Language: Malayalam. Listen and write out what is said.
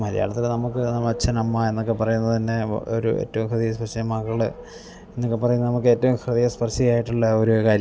മലയാളത്തില് നമുക്ക് നമ്മുടെ അച്ഛൻ അമ്മ എന്നൊക്കെ പറയുന്നത് തന്നെ ഒരു ഏറ്റവും ഹൃദയസ്പർശിയായ മകള് എന്നൊക്കെ പറയുന്നത് നമുക്ക് ഏറ്റവും ഹൃദസ്പർശയായിട്ടുള്ള ഒര് കാര്യവാണ്